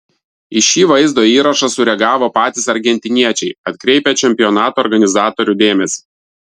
į šį vaizdo įrašą sureagavo patys argentiniečiai atkreipę čempionato organizatorių dėmesį